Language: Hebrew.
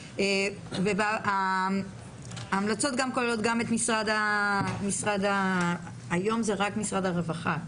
ההמלצות כוללות גם את משרד הרווחה.